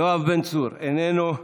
יואב בן צור, איננו,